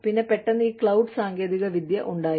പിന്നെ പെട്ടെന്ന് ഈ ക്ലൌഡ് സാങ്കേതികവിദ്യ ഉണ്ടായി